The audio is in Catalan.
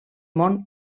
món